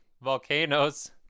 Volcanoes